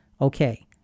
okay